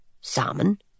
Salmon